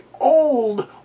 old